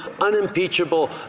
unimpeachable